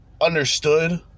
understood